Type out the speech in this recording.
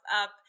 up